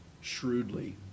shrewdly